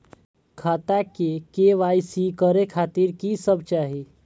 खाता के के.वाई.सी करे खातिर की सब चाही?